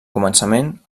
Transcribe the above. començament